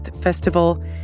Festival